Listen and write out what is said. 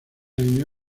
año